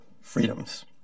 freedoms